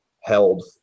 held